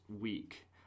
week